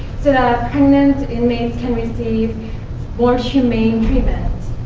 so that pregnant inmates can receive more humane treatment.